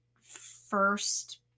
first